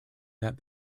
that